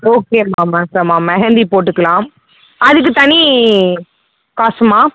okay அம்மா okay அம்மா மெஹந்தி போட்டுக்கலாம் அதுக்கு தனி காஸ்ட் அம்மா